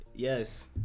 Yes